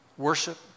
worship